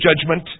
judgment